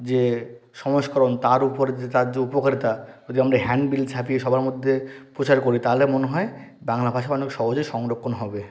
যে সংস্করণ তার উপর যে তার যে উপকারিতা যদি আমরা হ্যান্ড বিল ছাপিয়ে সবার মধ্যে প্রচার করি তাহলে মনে হয় বাংলা ভাষা অনেক সহজে সংরক্ষণ হবে